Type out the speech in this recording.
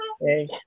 Hey